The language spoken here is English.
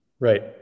Right